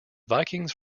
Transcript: vikings